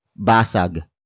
basag